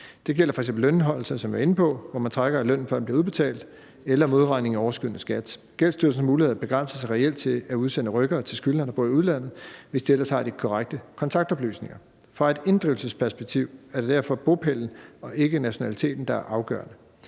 Det gælder f.eks. lønindeholdelse, som jeg var inde på, hvormed man trækker i lønnen, før den bliver udbetalt, eller modregning i overskydende skat. Gældsstyrelsens muligheder begrænser sig reelt til at udsende rykkere til skyldnere, der bor i udlandet, hvis de ellers har de korrekte kontaktoplysninger. Fra et inddrivelsesperspektiv er det derfor bopælen og ikke nationaliteten, der er afgørende.